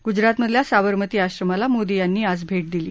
गुजरातमधल्या साबरमती आश्रमाला मोदी यांनी आज भेट दिली